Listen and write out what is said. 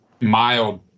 mild